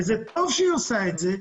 וזה טוב שהיא עושה את זה.